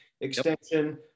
extension